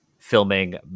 filming